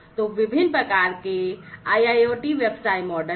तो विभिन्न प्रकार के IIoT व्यवसाय मॉडल हैं